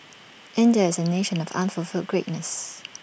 India is A nation of unfulfilled greatness